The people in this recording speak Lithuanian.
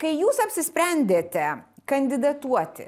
kai jūs apsisprendėte kandidatuoti